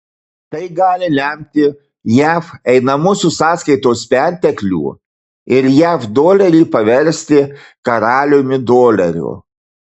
tai gali lemti jav einamosios sąskaitos perteklių ir jav dolerį paversti karaliumi doleriu